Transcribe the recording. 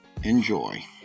Enjoy